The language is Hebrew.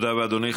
תודה רבה, אדוני.